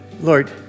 Lord